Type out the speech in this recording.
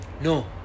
No